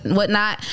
whatnot